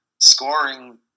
scoring